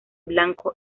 blanco